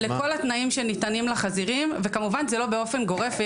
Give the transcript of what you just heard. לכל התנאים שניתנים לחזירים וכמובן זה לא באופן גורף.